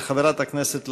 לחברת הכנסת לביא,